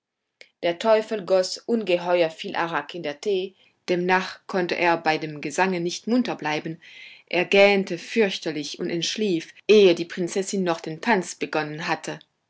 der teufel goß ungeheuer viel arak in den tee demnach konnte er bei dem gesange nicht munter bleiben er gähnte fürchterlich und entschlief ehe die prinzessin noch den tanz begonnen hatte